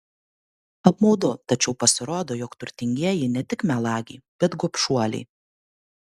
apmaudu tačiau pasirodo jog turtingieji ne tik melagiai bet gobšuoliai